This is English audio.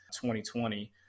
2020